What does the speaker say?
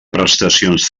prestacions